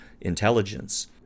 intelligence